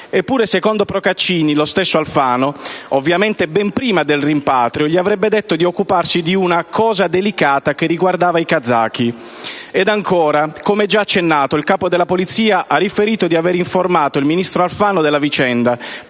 Eppure, secondo Procaccini, lo stesso Alfano, ovviamente ben prima del rimpatrio, gli avrebbe detto di occuparsi di una «cosa delicata che riguardava i kazaki». Ed ancora, come già accennato, il Capo della Polizia ha riferito di aver informato il ministro Alfano della vicenda,